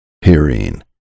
hearing